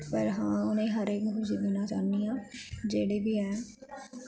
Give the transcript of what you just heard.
पर हां उनेंई हर खुशी देना चाह्नी आं जेह्ड़ी बी ऐ